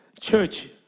church